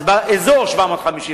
140. אז באזור 750,